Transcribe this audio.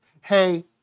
hey